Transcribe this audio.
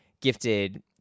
gifted